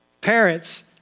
Parents